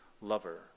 lover